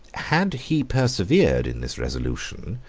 had he persevered in this resolution,